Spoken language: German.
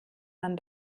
man